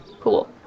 Cool